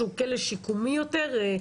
שהוא כלא שיקומי יותר,